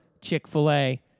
Chick-fil-A